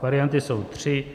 Varianty jsou tři.